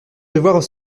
devoir